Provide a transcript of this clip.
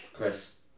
Chris